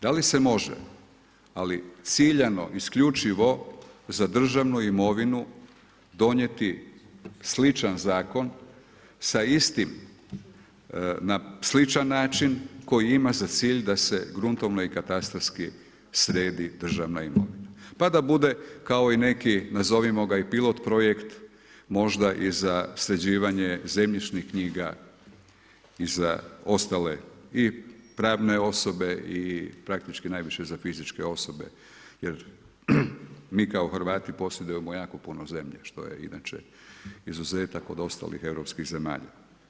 Da li se može, ali ciljano isključivo za državnu imovinu donijeti sličan zakon sa istim, na sličan način koji ima za cilj da se gruntovno i katastarski sredi državna imovina pa da bude kao i neki, nazovimo ga i pilot projekt možda i za sređivanje zemljišnih knjiga i za ostale i pravne osobe i praktički najviše za fizičke osobe, jer mi kao Hrvati posjedujemo jako puno zemlje, što je inače izuzetak od ostalih europskih zemalja.